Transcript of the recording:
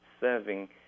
serving